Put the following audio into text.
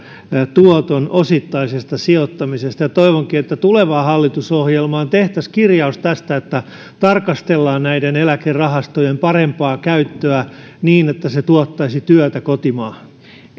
tuoton osittaisesta sijoittamisesta toivonkin että tulevaan hallitusohjelmaan tehtäisiin kirjaus tästä että tarkastellaan eläkerahastojen parempaa käyttöä niin että se tuottaisi työtä kotimaahan